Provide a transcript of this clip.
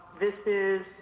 this is